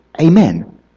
amen